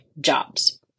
jobs